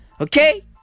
Okay